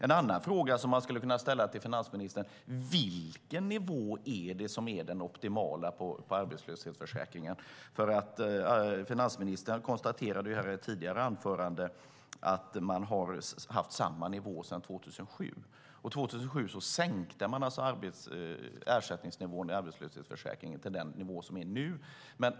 En annan fråga man skulle kunna ställa till finansministern är: Vilken nivå är den optimala när det gäller arbetslöshetsförsäkringen? Finansministern konstaterade nämligen i en tidigare interpellationsdebatt att man har haft samma nivå sedan 2007. År 2007 sänkte man alltså ersättningsnivån i arbetslöshetsförsäkringen till den nivå som är nu.